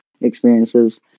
experiences